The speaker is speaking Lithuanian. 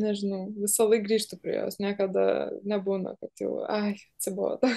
nežinau visąlaik grįžtu prie jos niekada nebūna kad jau ai atsibodo